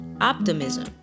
optimism